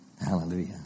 Hallelujah